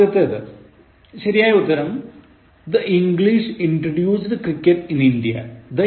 ആദ്യത്തേത് ശരിയായ ഉത്തരം The English introduced cricket in India